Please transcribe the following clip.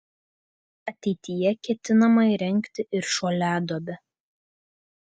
ateityje ketinama įrengti ir šuoliaduobę